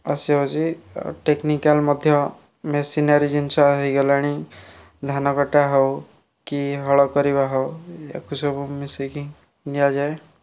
ଆସିଯାଉଛି ଟେକ୍ନିକାଲ୍ ମଧ୍ୟ ମେସିନାରୀ ଜିନିଷ ହୋଇଗଲାଣି ଧାନକଟା ହଉ କି ହଳ କରିବା ହଉ ଆକୁ ସବୁ ମିଶାଇକି ନିଆଯାଏ